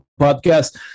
podcast